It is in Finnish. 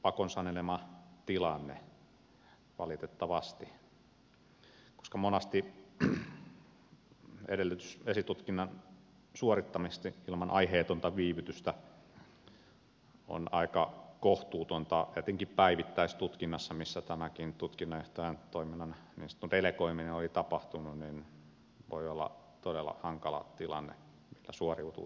kun monasti edellytys esitutkinnan suorittamisesta ilman aiheetonta viivytystä on aika kohtuuton etenkin päivittäistutkinnassa missä tämäkin tutkinnanjohtajan toiminnan niin sanottu delegoiminen oli tapahtunut niin voi olla todella hankala tilanne että suoriutuu tehtävästä